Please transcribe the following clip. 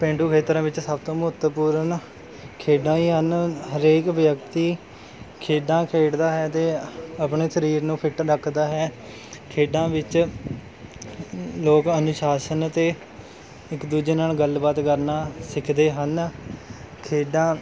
ਪੇਂਡੂ ਖੇਤਰਾਂ ਵਿੱਚ ਸਭ ਤੋਂ ਮਹੱਤਵਪੂਰਨ ਖੇਡਾਂ ਹੀ ਹਨ ਹਰੇਕ ਵਿਅਕਤੀ ਖੇਡਾਂ ਖੇਡਦਾ ਹੈ ਅਤੇ ਆਪਣੇ ਸਰੀਰ ਨੂੰ ਫਿੱਟ ਰੱਖਦਾ ਹੈ ਖੇਡਾਂ ਵਿੱਚ ਲੋਕ ਅਨੁਸ਼ਾਸਨ ਅਤੇ ਇੱਕ ਦੂਜੇ ਨਾਲ਼ ਗੱਲਬਾਤ ਕਰਨਾ ਸਿੱਖਦੇ ਹਨ ਖੇਡਾਂ